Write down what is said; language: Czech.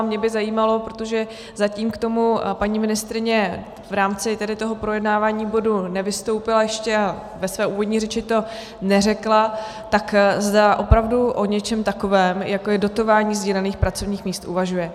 A mě by zajímalo, protože zatím k tomu paní ministryně v rámci tedy toho projednávání bodu ještě nevystoupila a ve své úvodní řeči to neřekla, zda opravdu o něčem takovém, jako je dotování sdílených pracovních míst, uvažuje.